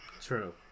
True